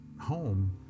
home